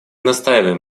настаиваем